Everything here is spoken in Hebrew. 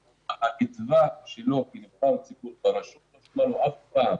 הקצבה שלו כנבחר ציבור ברשות לא שולמה לו אף פעם.